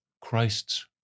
Christ's